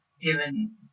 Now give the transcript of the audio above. given